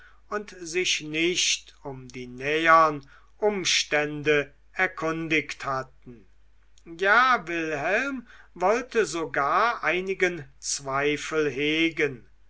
und sich nicht um die nähern umstände erkundigt hatten ja wilhelm wollte sogar einigen zweifel hegen